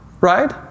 right